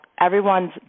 Everyone's